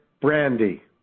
brandy